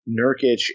Nurkic